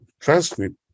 transcript